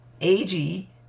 AG